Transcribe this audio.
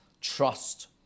trust